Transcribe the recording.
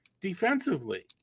defensively